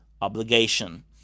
obligation